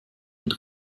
und